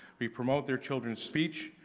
we promote their children's speech,